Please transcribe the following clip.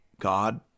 God